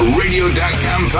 radio.com